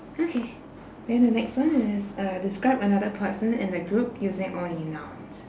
okay then the next one is uh describe another person in the group using only nouns